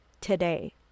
today